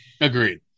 Agreed